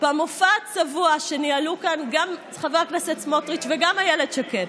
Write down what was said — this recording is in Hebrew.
במופע הצבוע שניהלו כאן גם חבר הכנסת סמוטריץ' וגם איילת שקד.